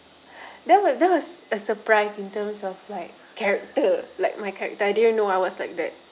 that wa~ that was a surprise in terms of like character like my character I didn't know I was like that